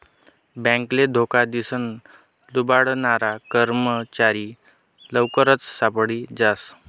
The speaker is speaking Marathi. बॅकले धोका दिसन लुबाडनारा कर्मचारी लवकरच सापडी जास